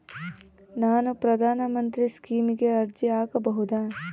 ನಾನು ಪ್ರಧಾನ ಮಂತ್ರಿ ಸ್ಕೇಮಿಗೆ ಅರ್ಜಿ ಹಾಕಬಹುದಾ?